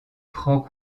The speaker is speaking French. prend